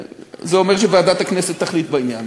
אני רוצה להזכיר לכבודו שחוק תאגידי המים,